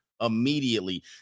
immediately